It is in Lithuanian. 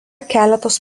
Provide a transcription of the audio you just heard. keletas